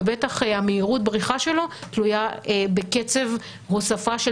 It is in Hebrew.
ובטח מהירות הבריחה שלו תלויה בקצב הוספה של